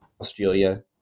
Australia